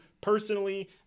personally